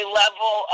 level